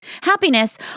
Happiness